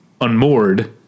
unmoored